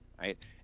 right